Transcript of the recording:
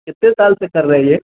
کتے سال سے کر رہے ہیں یہ